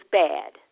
bad